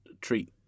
treat